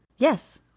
Yes